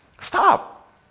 Stop